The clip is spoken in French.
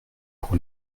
pour